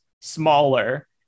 smaller